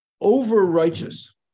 over-righteous